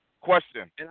Question